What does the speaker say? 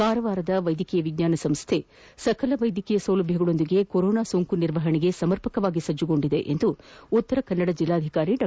ಕಾರವಾರದ ವೈದ್ಯಕೀಯ ವಿಜ್ವಾನ ಸಂಸ್ಥೆ ಸಕಲ ವೈದ್ಯಕೀಯ ಸೌಲಭ್ಯಗಳೊಂದಿಗೆ ಕೊರೋನಾ ಸೋಂಕು ನಿರ್ವಹಣೆಗೆ ಸಮರ್ಪಕವಾಗಿ ಸಜ್ನುಗೊಂಡಿದೆ ಎಂದು ಉತ್ತರಕನ್ನಡ ಜಿಲ್ಲಾಧಿಕಾರಿ ಡಾ